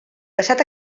passat